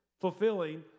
fulfilling